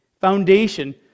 foundation